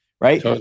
Right